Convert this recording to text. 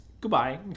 Goodbye